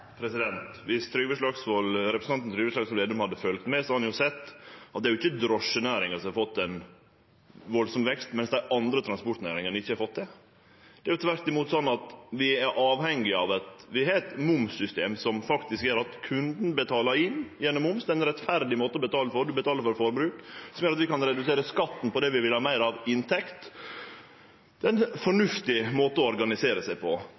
Viss representanten Trygve Slagsvold Vedum hadde følgt med, hadde han sett at det er ikkje drosjenæringa som har fått ein veldig vekst, mens dei andre transportnæringane ikkje har fått det. Det er tvert imot slik at vi er avhengige av at vi har eit momssystem som faktisk gjer at kunden betalar inn, gjennom moms. Det er ein rettvis måte å betale på – ein betalar for forbruk, som gjer at vi kan redusere skatten på det vi vil ha meir av, inntekt – og ein fornuftig måte å organisere seg på.